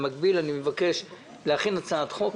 במקביל אני מבקש להכין הצעת חוק,